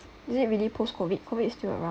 is it really post-COVID COVID is still around